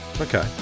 Okay